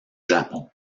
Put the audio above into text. japon